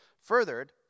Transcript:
furthered